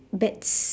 bets